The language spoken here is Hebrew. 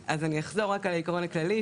אחזור רק על העיקרון הכללי,